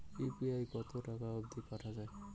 UPI কতো টাকা অব্দি পাঠা যায়?